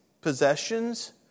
possessions